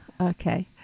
Okay